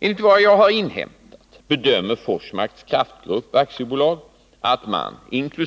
Enligt vad jag har inhämtat bedömer Forsmarks Kraftgrupp AB att man inkl.